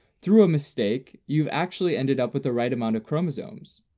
through a mistake, you've actually ended up with the right amount of chromosomes.